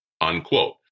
Unquote